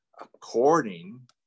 according